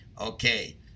Okay